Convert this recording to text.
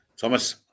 Thomas